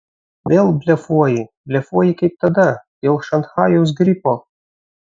vėl blefuoji blefuoji kaip tada dėl šanchajaus gripo